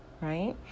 Right